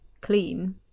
clean